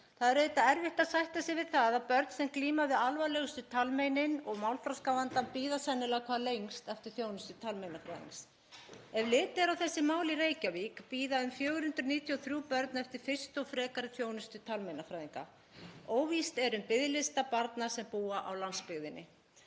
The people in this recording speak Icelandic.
Það er auðvitað erfitt að sætta sig við það að börn sem glíma við alvarlegustu talmeinin og málþroskavandann bíða sennilega hvað lengst eftir þjónustu talmeinafræðings. Ef litið er á þessi mál í Reykjavík bíða um 493 börn eftir fyrstu og frekari þjónustu talmeinafræðinga. Óvíst er um biðlista barna sem búa á landsbyggðinni.